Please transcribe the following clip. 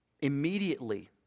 Immediately